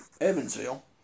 Evansville